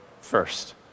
first